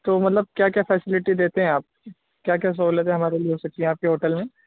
تو مطلب کیا کیا فیسلٹی دیتے ہیں آپ کیا کیا سہولتیں ہمارے لیے ہو سکتی ہیں آپ کے ہوٹل میں